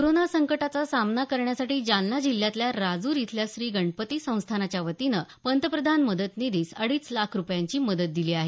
corona संकटाचा सामना करण्यासाठी जालना जिल्ह्यातल्या राजूर इथल्या श्री गणपती संस्थानाच्यावतीनं पंतप्रधान मदत निधीस अडीच लाख रुपयांची मदत दिली आहे